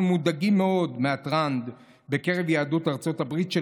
אנחנו מודאגים מאוד מהטרנד בקרב יהדות ארצות הברית של